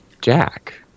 Jack